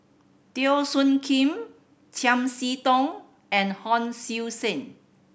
Teo Soon Kim Chiam See Tong and Hon Sui Sen